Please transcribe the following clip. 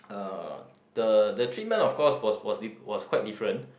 uh the the treatment of course was was was quite different